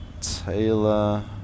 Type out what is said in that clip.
Taylor